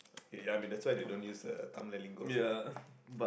ya I mean that's why they don't use a Tamil linguals lah